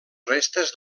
restes